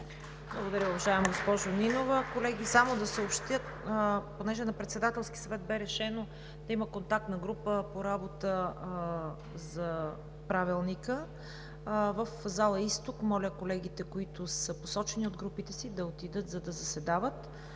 Благодаря, уважаема госпожо Нинова. Колеги, само да съобщя: Понеже на Председателския съвет бе решено да има Контактна група по работа за Правилника, моля, колегите, които са посочени от групите си, да отидат в зала